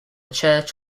church